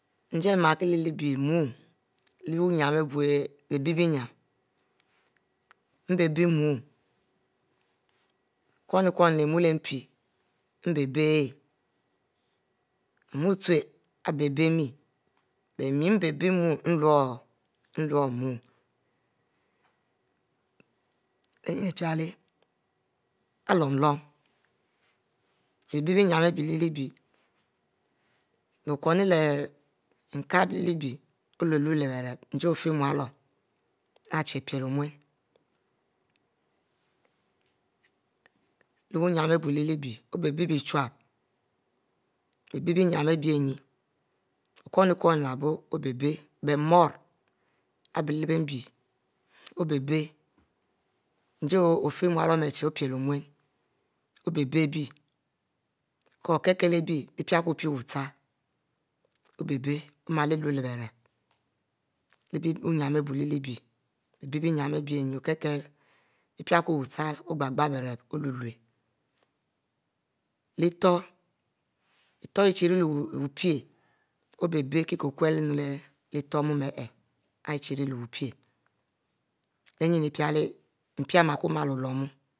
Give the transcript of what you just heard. Njie mie kie leh bie mumn leh biu nyian abiu ibie nyian mie bie-bie mumn amwnkwn-mumn leh mpi bie bie ihieh, mumnn ute ari bie-bie mie bie mie bie-bie ayeh luro luro mumm leh nyin pieleh ari lumu-lumu bie-bie nyian ari bie leh bie leh okinn leh ekiep leh bie oluie leh bierp njie ofie mualuom ari chie | piele ornen leh nyian ari bie leh bie obie tubep bie bie be-nyiam ari bie nyin abe ninne okuin-kum leh abiuo obie-bie bie morri ari bie leh binne obieh bie njie ofie mialuum ari chie ornin obie-bie ari bie beloro okiele-kiele abie biepie ko pie buclele obieh bie omiele olur-lehbirep leh biu nyiam are biuleh bie bie-bie benyiam ari bie ninne okiele-kiele biepie kwo wuchile ogile-gile berep leh utoho iutoho ihieh chie ire leh wu-mpie-obieh ko kule ninu leh utoho mu ayeh are chire nri leh ninne Ipiele mpi are male-ku male olumu